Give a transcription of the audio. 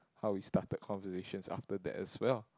how we started conversations after that as well